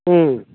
ꯎꯝ